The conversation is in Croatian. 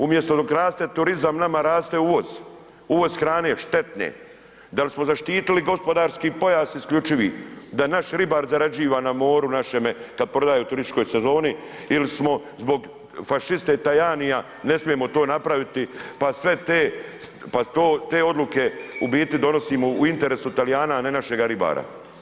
Umjesto dok raste turizam, nama raste uvoz, uvoz hrane, štetne, da li smo zaštitili gospodarski pojas isključivi da naš ribar zarađiva na moru našemu kad prodaju u turističkoj sezoni ili smo zbog fašiste Tajanija ne smijemo to napraviti pa sve te odluke u biti donosimo u interesu Talijana a ne našeg ribara.